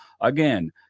again